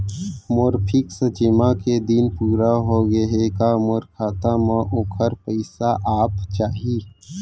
मोर fix जेमा के दिन पूरा होगे हे का मोर खाता म वोखर पइसा आप जाही?